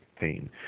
pain